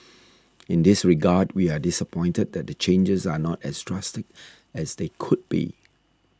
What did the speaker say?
in this regard we are disappointed that the changes are not as drastic as they could be